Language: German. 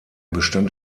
bestand